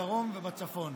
בדרום ובצפון.